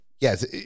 yes